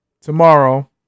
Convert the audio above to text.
tomorrow